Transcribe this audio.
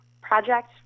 project